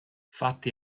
fatti